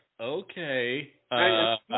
okay